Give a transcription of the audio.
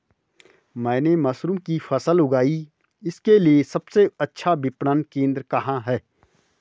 मैंने मशरूम की फसल उगाई इसके लिये सबसे अच्छा विपणन केंद्र कहाँ है?